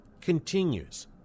continues